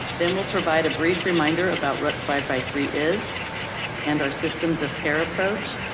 then we'll provide a brief reminder about what thrive by three is and our systems of care approach.